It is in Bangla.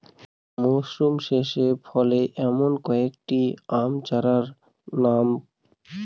মরশুম শেষে ফলে এমন কয়েক টি আম চারার নাম?